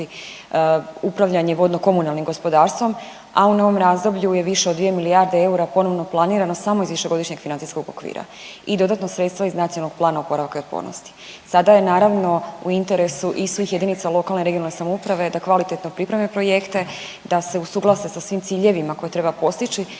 upravljanje vodno komunalnim gospodarstvom, a u novom razdoblju je više od dvije milijarde eura ponovno planirano samo iz višegodišnjeg financijskog okvira i dodatno sredstva iz Nacionalnog plana oporavka i otpornosti. Sada je naravno u interesu i svih jedinica lokalne, regionalne samouprave da kvalitetno pripreme projekte, da se usuglase sa svim ciljevima koje treba postići